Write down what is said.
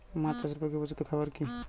মাছ চাষের পক্ষে উপযুক্ত খাবার কি কি?